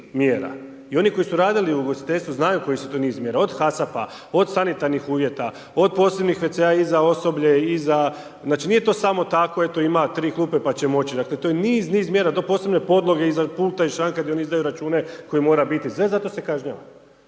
I oni koji su radili u ugostiteljstvu znaju koji su to niz mjera od HASAP-a, od sanitarnih uvjeta, od posebnih WC-a i za osoblje i za, znači nije to samo tako eto ima tri klupe pa će moći, dakle, to je niz, niz mjera do posebne podloge iza pulta i šanka gdje oni izdaju račune koji mora biti za to se kažnjava.